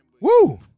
Woo